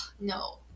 no